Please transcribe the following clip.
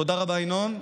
תודה רבה, ינון.